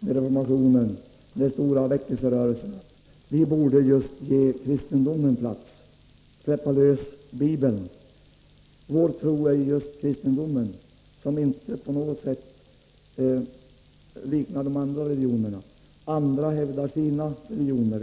med reformationen och de stora väckelserörelserna, borde vi ge kristendomen plats och släppa lös Bibeln. Vår tro är just kristendomen, som inte på något sätt liknar de andra religionerna. Andra hävdar sina religioner.